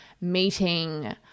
meeting